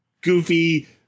Goofy